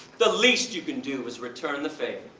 the least you can do is return the favor.